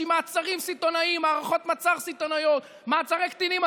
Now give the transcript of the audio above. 15 שנה לגירוש מגוש קטיף.